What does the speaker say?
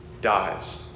dies